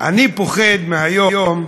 אני פוחד מהיום,